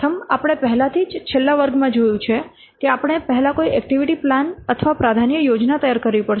પ્રથમ આપણે પહેલાથી જ છેલ્લા વર્ગ જોયું છે કે આપણે પહેલા કોઈ એક્ટિવિટી પ્લાન અથવા પ્રાધાન્ય યોજના તૈયાર કરવી પડશે